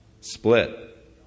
Split